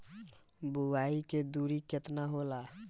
बुआई के दूरी केतना होला?